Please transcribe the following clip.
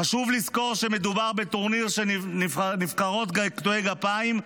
חשוב לזכור שמדובר בטורניר של נבחרות קטועי גפיים,